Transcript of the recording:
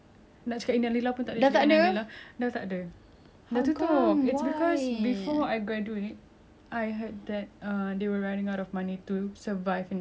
dah tutup it's cause before I graduate I heard that uh they were running out of money to survive in that stall so they had to close the stall cause stall tu dengan bubble tea I ingat